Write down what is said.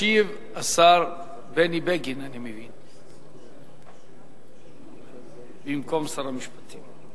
ישיב השר בני בגין, אני מבין, במקום שר המשפטים.